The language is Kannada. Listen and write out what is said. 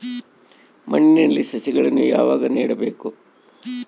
ಮಣ್ಣಿನಲ್ಲಿ ಸಸಿಗಳನ್ನು ಯಾವಾಗ ನೆಡಬೇಕು?